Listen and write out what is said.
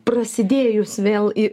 prasidėjus vėl i